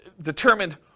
determined